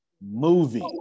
Movie